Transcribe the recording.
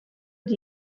por